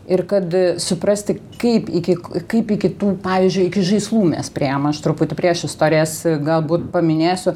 ir kad suprasti kaip iki kaip iki tų pavyzdžiui iki žaislų mes priėjom aš truputį priešistorės galbūt paminėsiu